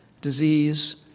disease